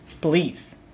Please